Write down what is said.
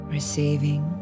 Receiving